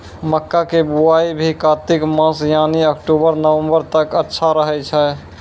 मक्का के बुआई भी कातिक मास यानी अक्टूबर नवंबर तक अच्छा रहय छै